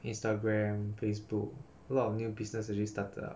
Instagram Facebook a lot of new business already started up